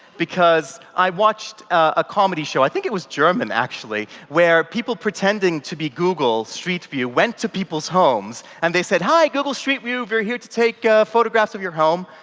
because, i watched a comedy show, i think it was german actually, where people pretending to be google street view went to people's homes and they said, hi, google street view, we're here to take photographs of your home.